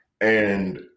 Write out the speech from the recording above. And-